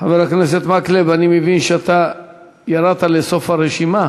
חבר הכנסת מקלב, אני מבין שאתה ירדת לסוף הרשימה.